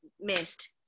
missed